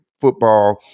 football